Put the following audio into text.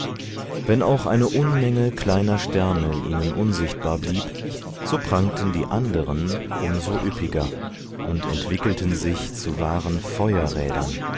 wenn auch eine unmenge kleiner sterne ihnen unsichtbar blieb so prangten die anderen um so üppiger und entwickelten sich zu wahren